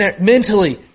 mentally